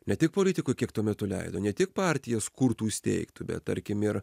ne tik politikoj kiek tuo metu leido ne tik partijas kurtų įsteigtų bet tarkim ir